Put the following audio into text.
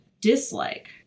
dislike